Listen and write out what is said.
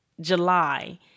July